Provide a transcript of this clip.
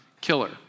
killer